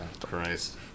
Christ